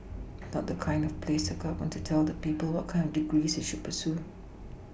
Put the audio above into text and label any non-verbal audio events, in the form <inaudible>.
not the <unintelligible> of place of the Government to tell the people what kind of degree they should pursue